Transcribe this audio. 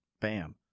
Bam